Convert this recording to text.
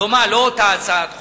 דומה, לא אותה הצעת חוק.